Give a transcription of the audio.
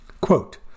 quote